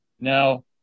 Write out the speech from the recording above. Now